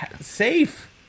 safe